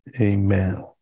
Amen